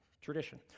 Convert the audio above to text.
tradition